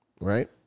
right